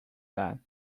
that